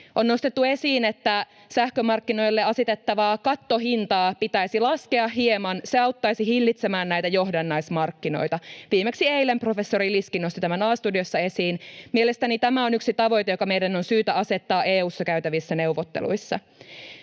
On nostettu esiin, että sähkömarkkinoille asetettavaa kattohintaa pitäisi laskea hieman. Se auttaisi hillitsemään näitä johdannaismarkkinoita. Viimeksi eilen professori Liski nosti tämän A-studiossa esiin. Mielestäni tämä on yksi tavoite, joka meidän on syytä asettaa EU:ssa käytävissä neuvotteluissa.